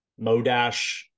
Modash